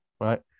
right